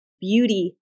beauty